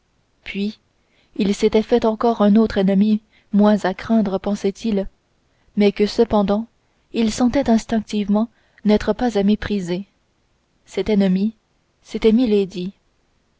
puis il s'était fait encore un autre ennemi moins à craindre pensait-il mais que cependant il sentait instinctivement n'être pas à mépriser cet ennemi c'était milady